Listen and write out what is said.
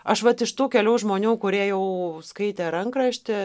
aš vat iš tų kelių žmonių kurie jau skaitė rankraštį